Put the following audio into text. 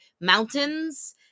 mountains